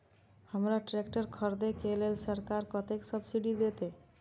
हमरा ट्रैक्टर खरदे के लेल सरकार कतेक सब्सीडी देते?